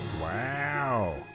wow